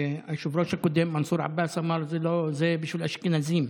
והיושב-ראש הקודם מנסור עבאס אמר: זה בשביל אשכנזים,